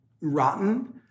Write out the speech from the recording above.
rotten